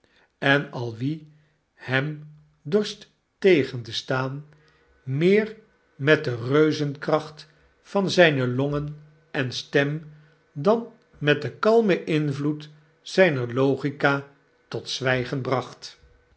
en al wie mijnheer openshaw wordt vbbliefd hem dorst tegen te staan meer met de reuzenkracht van zyne longen en stem dan met den kalroen invloed zijner logica tot zwygen bracht